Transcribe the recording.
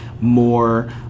more